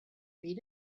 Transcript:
read